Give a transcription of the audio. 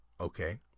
okay